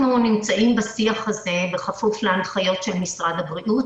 אנחנו נמצאים בשיח הזה בכפוף להנחיות של משרד הבריאות.